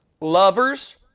Lovers